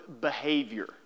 behavior